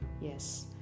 Yes